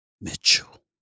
Mitchell